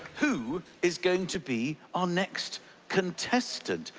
who is going to be our next contestant?